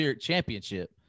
championship